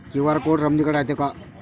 QR code समदीकडे रायतो का?